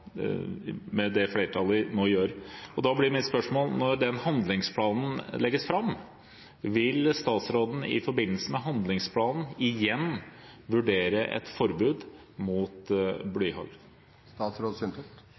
med det vedtaket som flertallet nå gjør. Da blir mitt spørsmål: Når den handlingsplanen legges fram, vil statsråden i forbindelse med handlingsplanen igjen vurdere et forbud mot